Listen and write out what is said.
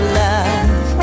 love